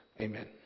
Amen